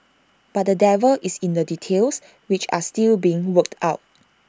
but the devil is in the details which are still being worked out